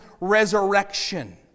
resurrection